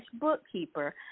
bookkeeper